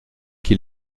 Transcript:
qui